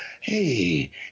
hey